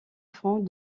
francs